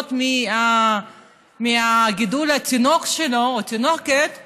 וליהנות מגידול התינוק או התינוקת שלו,